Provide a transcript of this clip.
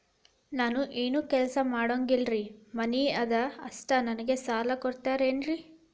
ನಾನು ಏನು ಕೆಲಸ ಮಾಡಂಗಿಲ್ರಿ ಮನಿ ಅದ ಅಷ್ಟ ನನಗೆ ಸಾಲ ಕೊಡ್ತಿರೇನ್ರಿ?